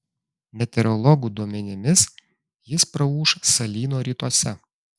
meteorologų duomenimis jis praūš salyno rytuose